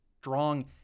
strong